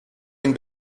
une